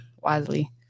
wisely